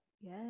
yes